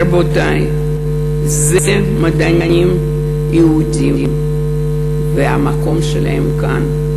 רבותי, אלו מדענים יהודים והמקום שלהם כאן,